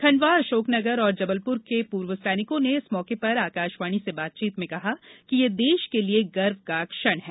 खंडवा अशोकनगर और जबलपुर के पूर्व सैनिकों ने इस मौके पर आकाशवाणी से बातचीत में कहा कि यह देश के लिए गर्व का क्षण है